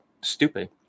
stupid